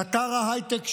קטר ההייטק שלנו,